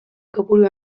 kopuru